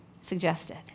suggested